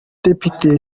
depite